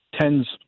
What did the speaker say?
tens